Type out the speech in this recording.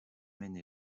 maine